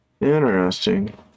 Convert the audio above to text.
Interesting